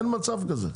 אין מצב כזה.